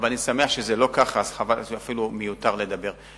אבל אני שמח שזה לא כך, ומיותר לדבר על זה.